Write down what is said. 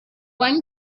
one